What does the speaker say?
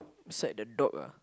beside the dog ah